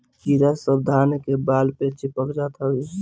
इ कीड़ा सब धान के बाल पे चिपक जात हवे